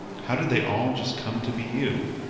how did they all just come to be you?